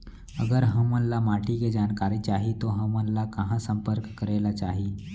अगर हमन ला माटी के जानकारी चाही तो हमन ला कहाँ संपर्क करे ला चाही?